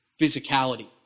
physicality